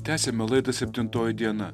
tęsiame laidą septintoji diena